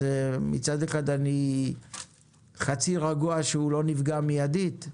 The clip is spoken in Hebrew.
אז מצד אחד, אני חצי רגוע שהוא לא נפגע מיידית,